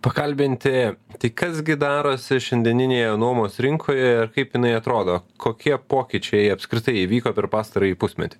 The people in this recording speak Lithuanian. pakalbinti tai kas gi darosi šiandieninėje nuomos rinkoje ir kaip jinai atrodo kokie pokyčiai apskritai įvyko per pastarąjį pusmetį